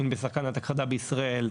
מין בסכנת הכחדה בישראל.